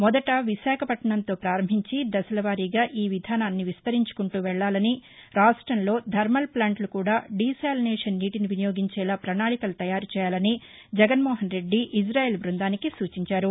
మొదట విశాఖపట్నంతో పారంభించి దశలవారీగా ఈ విధానాన్ని విస్తరించుకుంటూ వెళ్లాలని రాష్టంలో థర్మల్ ప్లాంట్లు కూడా దీ శాలినేషన్ నీటిని వినియోగించేలా ప్రణాళికలు తయారుచేయాలని జగన్మోహన్రెడ్డి ఇప్రజాయిల్ బ్బందానికి సూచించారు